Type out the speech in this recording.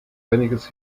einiges